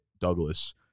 Douglas